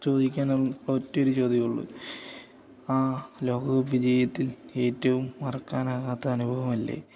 ചോദിക്കാനുള്ള ഒറ്റൊരു ചോദ്യം ഉള്ളൂ ആ ലോകകപ്പ് വിജയത്തിൽ ഏറ്റവും മറക്കാനാകാത്ത അനുഭവമല്ലേ